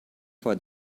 for